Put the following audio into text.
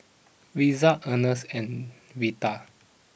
Risa Earnest and Reta